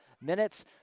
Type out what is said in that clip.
minutes